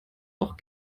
auch